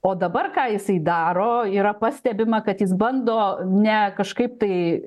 o dabar ką jisai daro yra pastebima kad jis bando ne kažkaip tai